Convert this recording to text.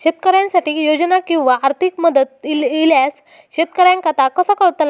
शेतकऱ्यांसाठी योजना किंवा आर्थिक मदत इल्यास शेतकऱ्यांका ता कसा कळतला?